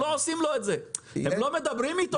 אני לא יודע איפה זה התפספס.